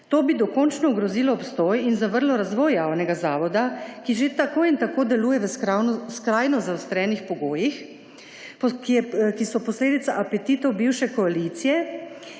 To bi dokončno ogrozilo obstoj in zavrlo razvoj javnega zavoda, ki že tako in tako deluje v skrajno zaostrenih pogojih, ki so posledica apetitov bivše koalicije,